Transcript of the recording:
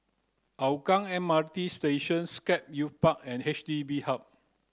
Hougang M R T Station Scape Youth Park and H D B Hub